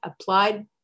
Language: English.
applied